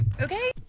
Okay